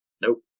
Nope